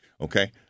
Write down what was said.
Okay